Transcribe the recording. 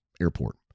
airport